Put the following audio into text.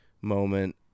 moment